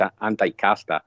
anti-caste